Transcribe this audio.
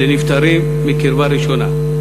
לנפטרים מקרבה ראשונה.